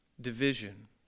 division